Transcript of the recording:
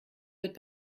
wird